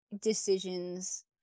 decisions